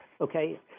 okay